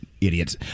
idiots